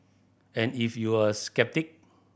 and if you're a sceptic